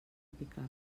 aplicable